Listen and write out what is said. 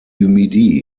midi